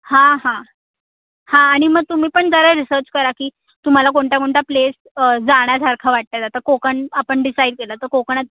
हां हां हां आणि मग तुम्ही पण जरा रिसर्च करा की तुम्हाला कोणता कोणता प्लेस जाण्यासारखा वाटत आहेत आता कोकण आपण डिसाईड केलं तर कोकणात